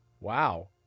Wow